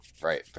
Right